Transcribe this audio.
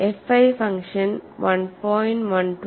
FI function 1